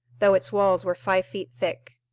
though its walls were five feet thick.